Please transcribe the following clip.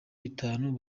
itanu